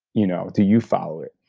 you know do you follow it?